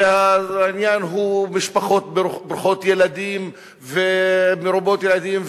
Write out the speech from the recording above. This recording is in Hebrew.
שהעניין הוא משפחות ברוכות ילדים ומרובות ילדים,